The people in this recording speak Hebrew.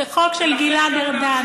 זה חוק של גלעד ארדן.